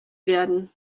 werden